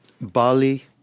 Bali